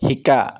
শিকা